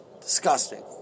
Disgusting